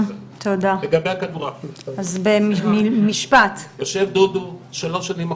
לגבי הכדורעף, יושב דודו, שלוש שנים אחרונות,